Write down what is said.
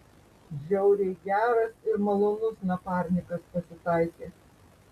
žiauriai geras ir malonus naparnikas pasitaikė